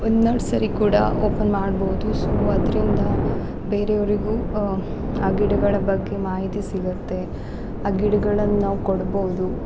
ಒಂದು ನರ್ಸರಿ ಕೂಡ ಓಪನ್ ಮಾಡ್ಬೋದು ಸೊ ಅದರಿಂದ ಬೇರೆ ಅವ್ರಿಗೂ ಆ ಗಿಡಗಳ ಬಗ್ಗೆ ಮಾಹಿತಿ ಸಿಗುತ್ತೆ ಆ ಗಿಡಗಳನ್ನ ನಾವು ಕೊಡ್ಬೋದು